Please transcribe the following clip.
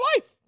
life